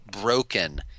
broken